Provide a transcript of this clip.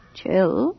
chill